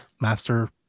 master